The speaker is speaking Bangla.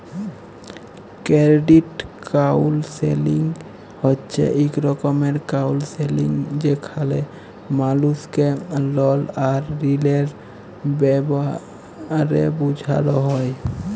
কেরডিট কাউলসেলিং হছে ইক রকমের কাউলসেলিংযেখালে মালুসকে লল আর ঋলের ব্যাপারে বুঝাল হ্যয়